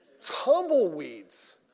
Tumbleweeds